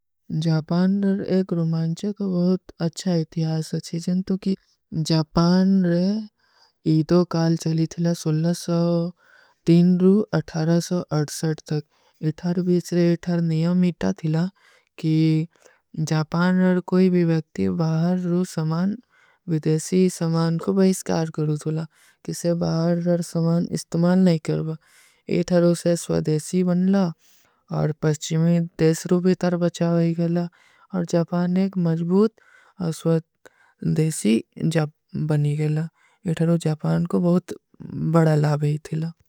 ଜାପାନ ରର ଏକ ରୁମାଣଚକ ବହୁତ ଅଚ୍ଛା ଇତିଯାସ ଅଚ୍ଛୀ, ଜନ୍ଟୋ କି ଜାପାନ ରେ ଇଦୋ କାଲ ଚଲୀ ଥିଲା ସୁଲନସ୍ଯୋ ତୀନ ରୁ ଅଠାରସୋ ଅଡ୍ସଡ ତକ। ଇଥର ବୀଚ ରେ ଇଥର ନିଯମ ଇତା ଥିଲା କି ଜାପାନ ରର କୋଈ ଵ୍ଯକ୍ତି ବାହର ରୁ ସମାନ, ଵିଦେଶୀ ସମାନ କୋ ବୈସକାର କରୂଁ ଥୁଲା, କିସେ ବାହର ସମାନ ଇସ୍ତମାନ ନହୀଂ କରୂଁ ଥୁଲା, ଇଥର ଉସେ ସ୍ଵଧେଶୀ ବନ ଲା, ଔର ପସ୍ଚୀ ମେଂ ଦେଶରୋ ଭୀ ତର ବଚାଓ ଆଈ ଗେଲା, ଔର ଜାପାନ ଏକ ମଜବୂତ ସ୍ଵଧେଶୀ ବନୀ ଗେଲା, ଇଥର ଉସେ ଜାପାନ କୋ ବହୁତ ବଡା ଲାବ ହୈ ଥିଲା।